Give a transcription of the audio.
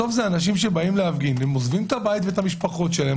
בסוף אלה אנשים שהולכים להפגין והם עוזבים את הבית ואת המשפחות שלהם,